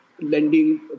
lending